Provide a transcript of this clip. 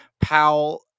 Powell